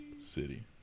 City